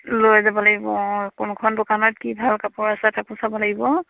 লৈ যাব লাগিব কোনখন দোকানত কি ভাল কাপোৰ আছে তাকো চাব লাগিব